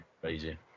crazy